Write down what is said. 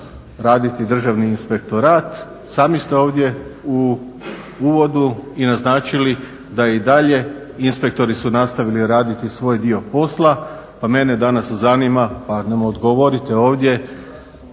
raditi Državni inspektorat sami ste ovdje u uvodu i naznačili da i dalje inspektori su nastavili raditi svoj dio posla. Pa mene danas zanima, pa nam odgovorite ovdje